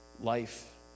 life